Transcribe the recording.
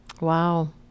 Wow